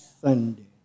Sunday